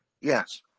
Yes